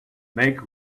make